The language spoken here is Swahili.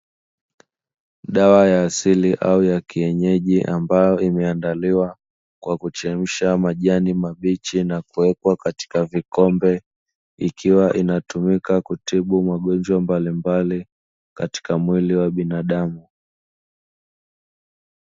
Dawa ya asili au ya kienyeji, ambayo imeandaliwa kwa kuchemsha majani mabichi na kuwekwa katika vikombe ikiwa inatumika kutibu magonjwa mbalimbali katika mwili wa binadamu.